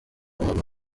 umuntu